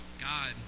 God